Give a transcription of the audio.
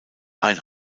ein